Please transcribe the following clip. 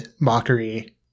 mockery